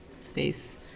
space